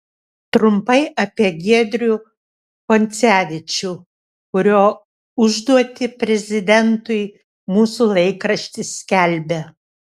trumpai apie giedrių koncevičių kurio užduotį prezidentui mūsų laikraštis skelbia